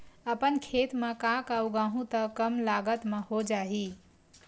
अपन खेत म का का उगांहु त कम लागत म हो जाही?